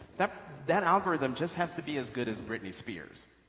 that that algorithm just has to be as good as britney spears.